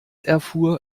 erfuhr